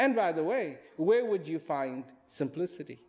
and by the way where would you find simplicity